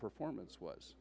performance was